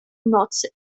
nocy